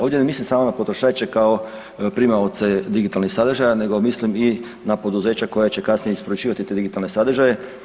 Ovdje ne mislim samo na potrošače kao primaoce digitalnih sadržaja nego mislim i na poduzeća koja će kasnije isporučivati te digitalne sadržaje.